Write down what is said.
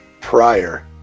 prior